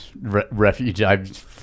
Refuge